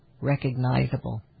recognizable